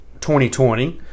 2020